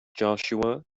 joshua